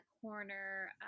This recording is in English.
corner